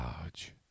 large